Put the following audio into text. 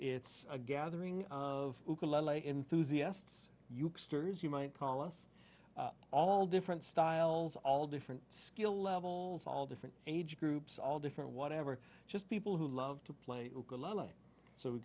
it's a gathering of enthusiasts you as you might call us all different styles all different skill levels all different age groups all different whatever just people who love to play so we